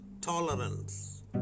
tolerance